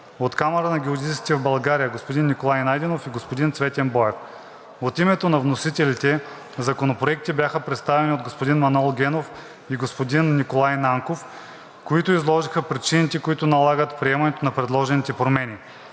от Камарата на геодезистите в България – господин Николай Найденов и господин Цветен Боев. От името на вносителите законопроектите бяха представени от господин Манол Генов и господин Николай Нанков, които изложиха причините, които налагат приемането на предложените промени.